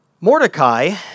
Mordecai